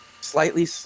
slightly